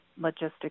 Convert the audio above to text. logistics